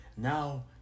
Now